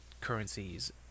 currencies